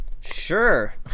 sure